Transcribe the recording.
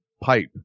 pipe